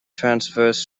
transverse